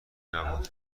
نبود